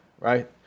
right